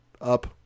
up